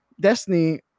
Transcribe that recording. destiny